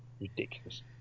ridiculous